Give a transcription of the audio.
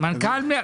מנכ"ל "להבים"?